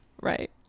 Right